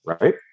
right